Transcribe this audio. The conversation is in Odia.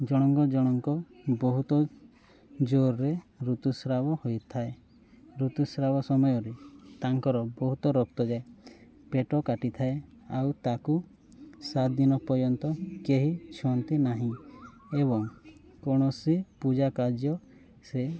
ଜଣଙ୍କ ଜଣଙ୍କ ବହୁତ ଜୋରରେ ଋତୁସ୍ରାବ ହୋଇଥାଏ ଋତୁସ୍ରାବ ସମୟରେ ତାଙ୍କର ବହୁତ ରକ୍ତ ଯାଏ ପେଟ କାଟିଥାଏ ଆଉ ତାକୁ ସାତ ଦିନ ପର୍ଯ୍ୟନ୍ତ କେହି ଛୁଅନ୍ତି ନାହିଁ ଏବଂ କୌଣସି ପୂଜାକାର୍ଯ୍ୟ ସେ